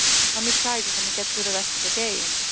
just let me try. just let me get through the rest of the day.